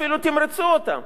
אפילו תמרצו אותם.